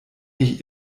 nicht